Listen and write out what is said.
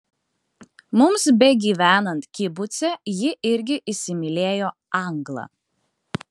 mums begyvenant kibuce ji irgi įsimylėjo anglą